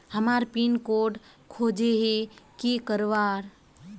हमार pin code खोजोही की करवार?